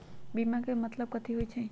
बीमा के मतलब कथी होई छई?